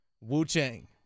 Wu-Chang